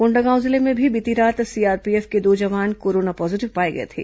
कोंडागांव जिले में भी बीती रात सीआरपीएफ के दो जवान कोरोना पॉजीटिव पाए गए थे